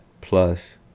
plus